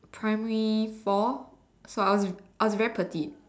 primary four so I was I was very petite